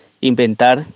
inventar